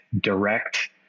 direct